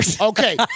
Okay